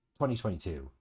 2022